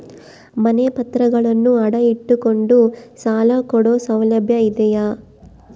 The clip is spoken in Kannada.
ಮನೆ ಪತ್ರಗಳನ್ನು ಅಡ ಇಟ್ಟು ಕೊಂಡು ಸಾಲ ಕೊಡೋ ಸೌಲಭ್ಯ ಇದಿಯಾ?